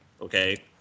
okay